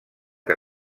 que